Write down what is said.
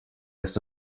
ist